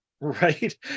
right